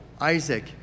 Isaac